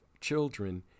children